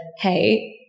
hey